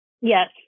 Yes